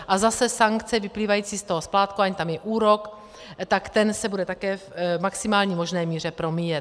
A zase sankce vyplývající z toho splátkování, tam je úrok, tak ten se bude také v maximální možné míře promíjet.